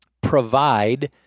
provide